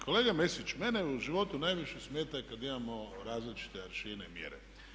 Kolega Mesić, mene u životu najviše smeta kada imamo različite aršine i mjere.